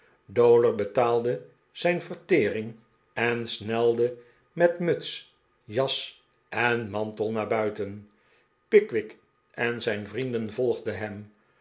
dowler betaalde zijn vertering en snelde met muts jas en mantel naar buiten pickwick en zijn vrienden volgden hem